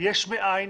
יש מאין